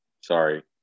sorry